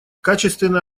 качественное